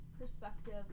perspective